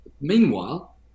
Meanwhile